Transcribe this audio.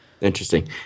Interesting